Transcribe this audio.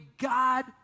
God